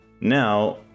Now